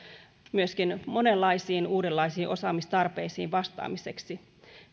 myöskin monenlaisiin uudenlaisiin osaamistarpeisiin vastaamiseksi